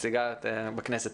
נציגה בכנסת.